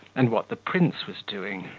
and what the prince was doing.